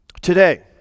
Today